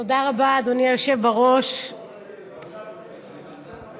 עוד שעה וחצי.